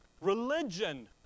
Religion